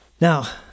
Now